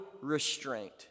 restraint